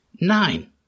nine